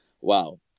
Wow